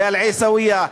באל-עיסאוויה,